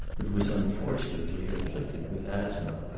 but was unfortunately afflicted with asthma.